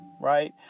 Right